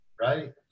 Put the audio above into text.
right